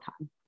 time